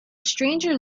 stranger